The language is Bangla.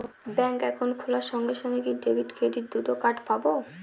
ব্যাংক অ্যাকাউন্ট খোলার সঙ্গে সঙ্গে কি ডেবিট ক্রেডিট দুটো কার্ড পাবো?